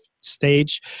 stage